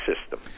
system